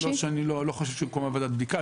אני לא חושב שהוקמה ועדת בדיקה.